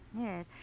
Yes